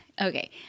Okay